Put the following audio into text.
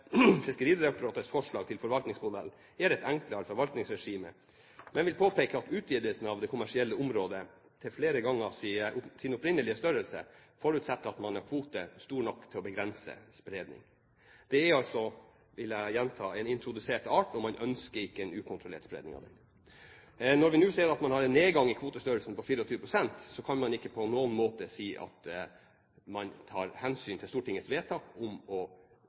Fiskeridirektoratets forslag til forvaltningsmodell gir et enklere forvaltningsregime, men vil påpeke at utvidelsen av det kommersielle området, til flere ganger sin opprinnelige størrelse, forutsetter at man har kvoter store nok til å begrense spredning. Det er, vil jeg gjenta, en introdusert art, og man ønsker ikke en ukontrollert spredning av den. Når vi nå ser at vi har en nedgang i kvotestørrelsen på 24 pst., kan man ikke på noen måte si at man tar hensyn til Stortingets vedtak om å